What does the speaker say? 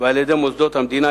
ועל-ידי מוסדות המדינה,